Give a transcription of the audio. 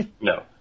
no